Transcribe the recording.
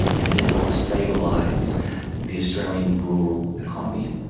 and to help stabilise the australian rural economy.